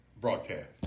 broadcast